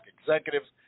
executives